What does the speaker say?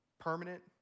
permanent